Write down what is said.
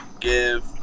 give